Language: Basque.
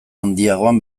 handiagoan